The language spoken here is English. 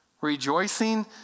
Rejoicing